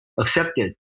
accepted